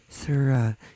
Sir